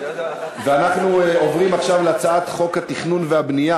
אנחנו עוברים עכשיו להצעת חוק התכנון והבנייה